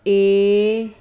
A